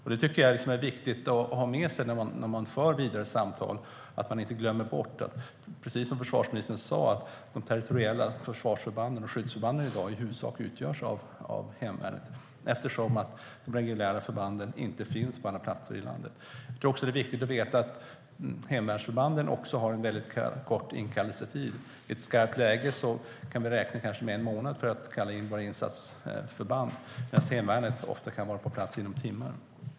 Detta tycker jag är viktigt att ha med sig när man för vidare samtal så att man, precis som försvarsministern sa, inte glömmer bort att de territoriella försvarsförbanden och skyddsförbanden i dag i huvudsak utgörs av hemvärnet, eftersom de reguljära förbanden inte finns på alla platser i landet. Det är också viktigt att veta att hemvärnsförbanden har en kort inkallelsetid. I ett skarpt läge får vi räkna med en månad för att kalla in våra insatsförband medan hemvärnet ofta kan vara på plats inom timmar.